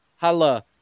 Hala